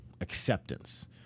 acceptance